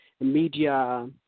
media